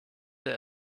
der